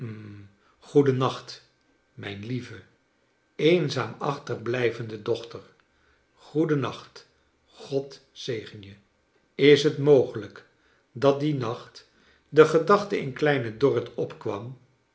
g-oeden nacht mijn lieve eenzaam achterblijvende doehter goedei nacht god zegen je t is mogelijk dat dien nacht de gedachte in kleine dorrit opkwam